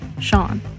Sean